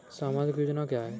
सामाजिक योजना क्या है?